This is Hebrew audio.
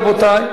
רבותי,